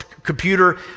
Computer